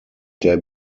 der